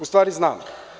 Ustvari, znam.